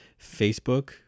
facebook